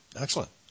Excellent